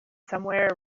somewhere